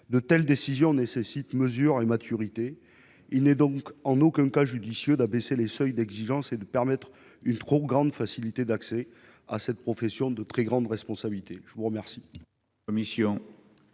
De telles décisions nécessitent mesure et maturité. Il n'est donc en aucun cas judicieux d'abaisser les seuils d'exigence et de trop faciliter l'accès à cette profession de très grande responsabilité. Quel